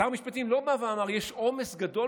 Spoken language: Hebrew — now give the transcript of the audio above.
שר המשפטים לא בא ואמר שיש עומס גדול